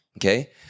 okay